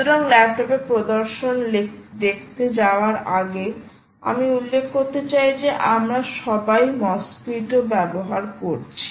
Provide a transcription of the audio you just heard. সুতরাং ল্যাপটপ এ প্রদর্শন দেখতে যাওয়ার আগে আমি উল্লেখ করতে চাই যে আমরা সবাই মসকুইটো ব্যবহার করছি